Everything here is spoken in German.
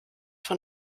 von